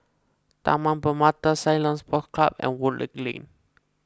Taman Permata Ceylon Sports Club and Woodleigh Lane